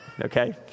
okay